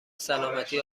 سلامتی